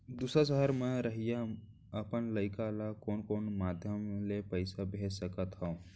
दूसर सहर म रहइया अपन लइका ला कोन कोन माधयम ले पइसा भेज सकत हव?